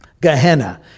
Gehenna